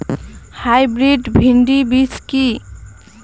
Hybrid ভীন্ডি বীজ কি?